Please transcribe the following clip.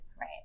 right